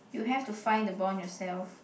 you have to find the bond yourself